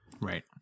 Right